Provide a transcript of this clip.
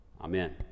Amen